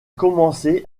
commencé